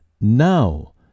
now